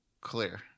Clear